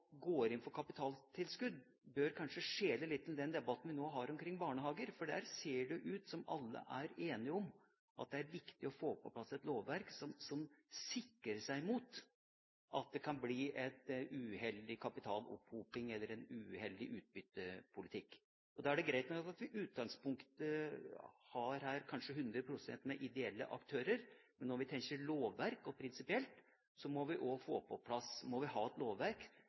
alle er enige om at det er viktig å få på plass et lovverk som sikrer en mot at det kan bli en uheldig kapitalopphoping eller en uheldig utbyttepolitikk. Da er det greit nok at vi i utgangspunktet her har kanskje 100 pst. ideelle aktører, men når vi tenker lovverk og prinsipielt, må vi også ha et lovverk som sikrer oss mot eventuelle mer tradisjonelle, kommersielle aktører på